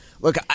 Look